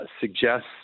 suggests